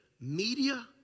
media